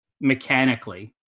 mechanically